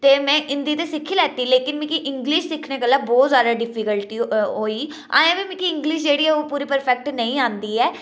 ते में हिंदी ते सिक्खी लैती लेकिन मिगी इंग्लिश सिक्खने गल्ला बहुत जैदा डिफिकल्टी होई अजें बी मिगी जेह्ड़ी हिंदी ऐ ओह् परफैक्ट नेईं औंदी ऐ